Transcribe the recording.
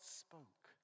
spoke